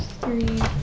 three